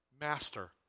Master